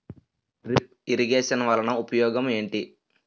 drip irrigation వలన ఉపయోగం ఏంటి